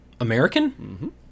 American